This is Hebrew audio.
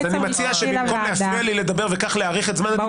אני מציע שבמקום להפריע לי לדבר וכך להאריך את זמן הדיבור שלי,